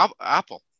Apple